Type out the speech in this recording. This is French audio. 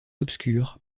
obscurs